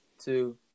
two